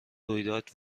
رویداد